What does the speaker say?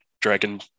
dragon